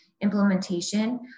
implementation